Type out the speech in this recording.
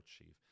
achieve